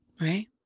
Right